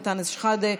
אנטאנס שחאדה,